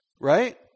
Right